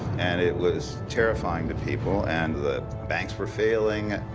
and it was terrifying to people, and the banks were failing.